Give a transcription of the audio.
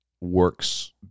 works